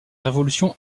révolution